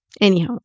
Anyhow